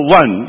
one